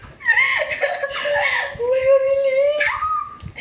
really